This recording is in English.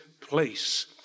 place